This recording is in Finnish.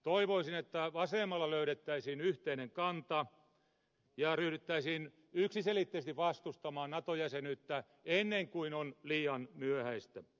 toivoisin että vasemmalla löydettäisiin yhteinen kanta ja ryhdyttäisiin yksiselitteisesti vastustamaan nato jäsenyyttä ennen kuin on liian myöhäistä